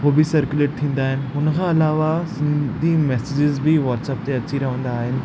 उहे बि सरर्कूलेट थींदा आहिनि हुन खां अलावा सिंधी मैसेजिस बि वॉट्सप ते अची रहंदा आहिनि